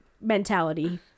mentality